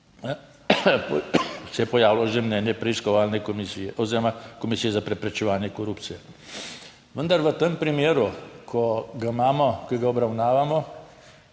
se je pojavilo že mnenje preiskovalne komisije oziroma Komisije za preprečevanje korupcije. Vendar v tem primeru, ko ga imamo, ki ga obravnavamo,